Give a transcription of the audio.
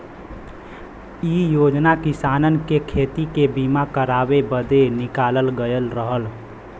इ योजना किसानन के खेती के बीमा करावे बदे निकालल गयल रहल